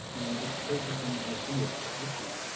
and that's focusing on affiliate products.